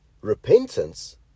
Repentance